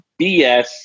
BS